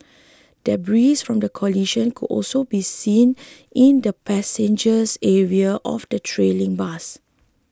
debris from the collision could also be seen in the passengers area of the trailing bus